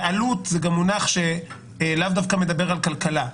ועלות זה גם מונח שלאו דווקא שמדבר על כלכלה.